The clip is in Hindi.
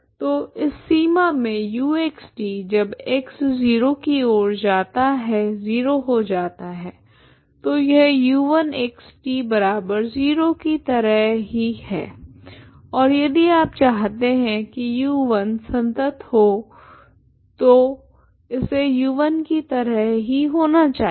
तो इस सीमा में uxt जब x 0 की ओर जाता है 0 हो जाता है तो यह u1xt0 की तरह ही है और यदि आप चाहते हैं कि u1 संतत हो तो इसे u1 कि तरह ही होना चाहिए